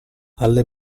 alle